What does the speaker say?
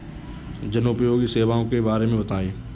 जनोपयोगी सेवाओं के बारे में बताएँ?